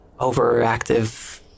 overactive